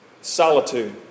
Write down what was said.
solitude